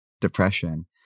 depression